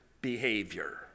behavior